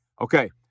Okay